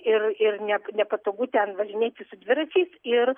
ir ir ne nepatogu ten važinėti su dviračiais ir